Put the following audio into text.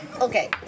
Okay